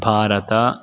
Bharata